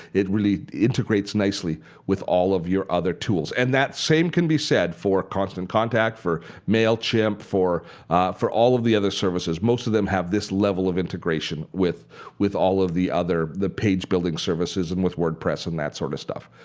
it really integrates nicely with all of your other tools. and the same can be said for constantcontact, for mailchimp, for for all of the other services. most of them have this level of integration with with all of the other page building services and with wordpress and that sort of stuff.